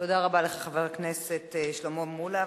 תודה רבה לך, חבר הכנסת שלמה מולה.